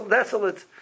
desolate